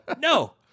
no